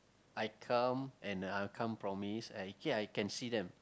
I come and I can't promise actually I can see them